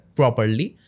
properly